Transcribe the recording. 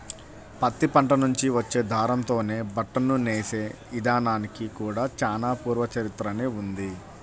పత్తి పంట నుంచి వచ్చే దారంతోనే బట్టను నేసే ఇదానానికి కూడా చానా పూర్వ చరిత్రనే ఉంది